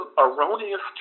erroneous